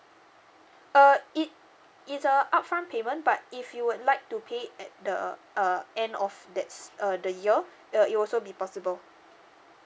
uh it it's a upfront payment but if you would like to pay at the uh end of that uh the year err it'll also be possible